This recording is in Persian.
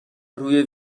روی